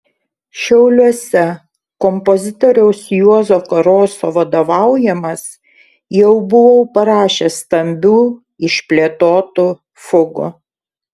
šiauliuose kompozitoriaus juozo karoso vadovaujamas jau buvau parašęs stambių išplėtotų fugų